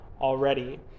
already